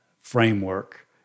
framework